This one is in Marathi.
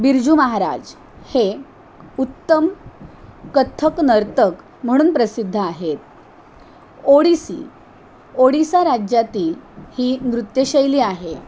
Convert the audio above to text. बिरजू महाराज हे उत्तम कथ्थक नर्तक म्हणून प्रसिद्ध आहेत ओडिसी ओडिसा राज्यातील ही नृत्यशैली आहे